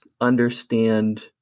Understand